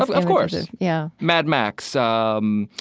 ah of course yeah mad max, um,